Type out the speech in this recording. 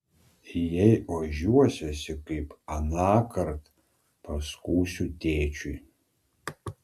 jei ožiuosiesi kaip anąkart paskųsiu tėčiui